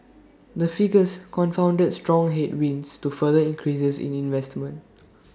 the figures confounded strong headwinds to further increases in investment